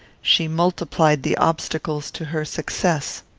she multiplied the obstacles to her success.